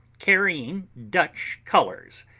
carrying dutch colours,